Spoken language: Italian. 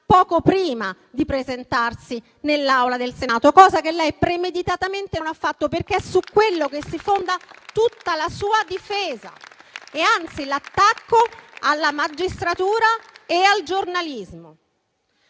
poco prima di presentarsi nell'Aula del Senato, cosa che lei premeditatamente non ha fatto, perché è su quello che si fonda tutta la sua difesa e, anzi, l'attacco alla magistratura e alla stampa.